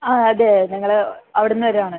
ആ അതെ ഞങ്ങള് അവിടുന്ന് വരുവാണ്